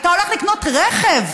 אתה הולך לקנות רכב,